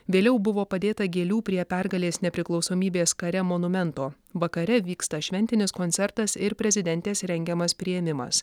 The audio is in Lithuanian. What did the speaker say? vėliau buvo padėta gėlių prie pergalės nepriklausomybės kare monumento vakare vyksta šventinis koncertas ir prezidentės rengiamas priėmimas